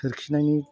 सोरखिनायनि